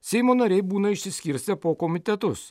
seimo nariai būna išsiskirstę po komitetus